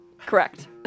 Correct